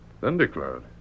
Thundercloud